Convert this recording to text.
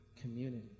community